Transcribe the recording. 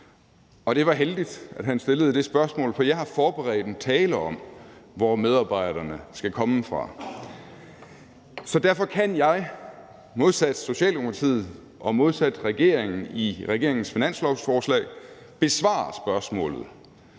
Og det var heldigt, at han stillede det spørgsmål, for jeg har forberedt en tale om, hvor medarbejderne skal komme fra. Så derfor kan jeg – modsat Socialdemokratiet og modsat regeringen i regeringens finanslovsforslag – besvare spørgsmålet.